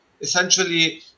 essentially